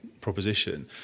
proposition